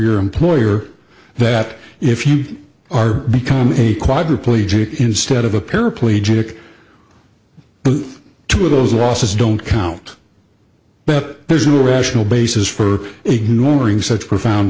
your employer that if you are becoming a quadriplegic instead of a paraplegic the two of those losses don't count but there's no rational basis for ignoring such profound